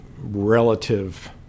relative